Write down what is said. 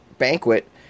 banquet